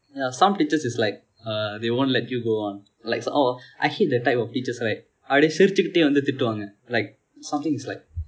ya some teachers is like[eh]they won't let you go one like oh I hate the type of teachers right அப்படியே சிரித்துக்கொண்டே திட்டுவார்கள்:appadiye sirithukonde thittuvaargal like something is like